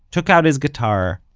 took out his guitar,